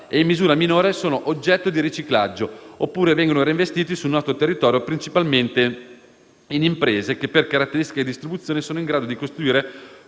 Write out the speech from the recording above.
e, in misura minore, sono oggetto di riciclaggio, oppure vengono reinvestiti sul nostro territorio, principalmente in imprese che, per caratteristica e distribuzione, sono in grado di costituire